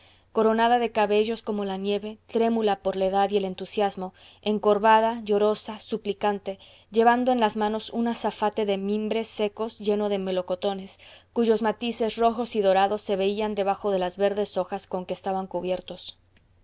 coronada de cabellos como la nieve trémula por la edad y el entusiasmo encorvada llorosa suplicante llevando en las manos un azafate de mimbres secos lleno de melocotones cuyos matices rojos y dorados se veían debajo de las verdes hojas con que estaban cubiertos